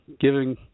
giving